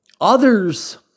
others